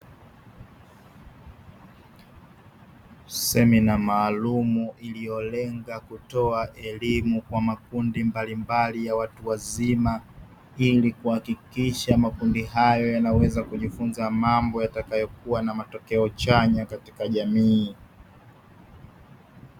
Semina maalumu iliyolenga kutoa elimu kwa makundi mbalimbali ya watu wazima, ili kuhakikisha makundi hayo yanaweza kujifunza mambo yatakayokuwa na matokeo chanya katika jamii.